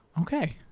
Okay